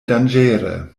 danĝere